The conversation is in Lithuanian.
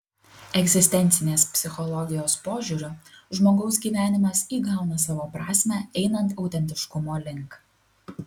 egzistencinės psichologijos požiūriu žmogaus gyvenimas įgauna savo prasmę einant autentiškumo link